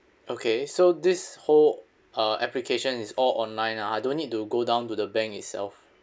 okay so this whole uh application is all online ah I don't need to go down to the bank itself